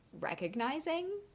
recognizing